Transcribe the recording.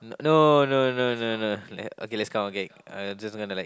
no no no no no okay let's count okay I just gonna like